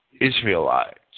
Israelites